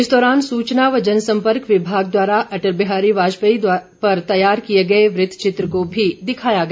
इस दौरान सूचना एवं जन संपर्क विभाग द्वारा अटल बिहारी वाजपेयी पर तैयार किए गए व्रतचित्र को भी दिखाया गया